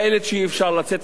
שאי-אפשר לצאת ממנה,